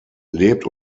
lebt